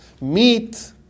meat